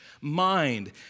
mind